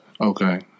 Okay